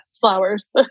flowers